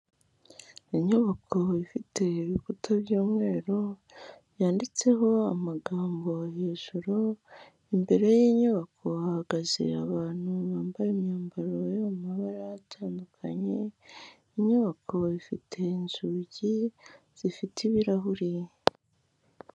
Inyubako ifite ibikuta by'umweru, yanditseho amagambo hejuru, imbere y'iyi nyubako hahagaze abantu bambaye imyambaro yo mu mabara atandukanye, iyi nyubako ifite inzugi zifite ibirahuri.